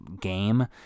game